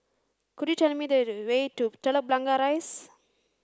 could you tell me the the way to Telok Blangah Rise